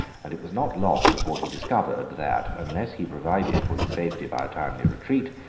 and it was not long before he discovered, that, unless he provided for his safety by a timely retreat,